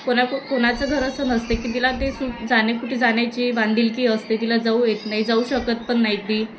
कोनाकु कोणाचं घर असं नसते की तिला ते सुट जाणे कुठे जाण्याची बांधीलकी असते तिला जाऊ येत नाही जाऊ शकत पण नाही ती